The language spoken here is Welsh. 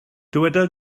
dyweda